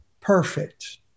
Perfect